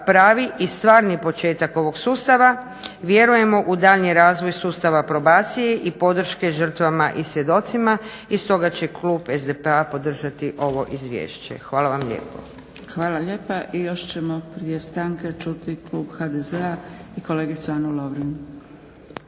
pravi i stvarni početak ovog sustava vjerujemo u daljnji razvoj sustava probacije i podrške žrtvama i svjedocima i stoga će klub SDP-a podržati ovo izvješće. Hvala vam lijepo. **Zgrebec, Dragica (SDP)** Hvala lijepa. I još ćemo prije stanke čuti klub HDZ-a i kolegicu Anu Lovrin.